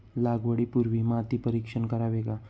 लागवडी पूर्वी माती परीक्षण करावे का?